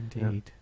indeed